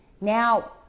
Now